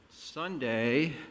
Sunday